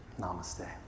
Namaste